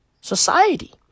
society